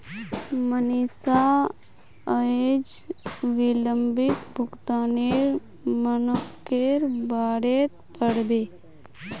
मनीषा अयेज विलंबित भुगतानेर मनाक्केर बारेत पढ़बे